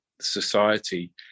society